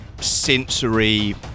sensory